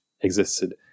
existed